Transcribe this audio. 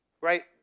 right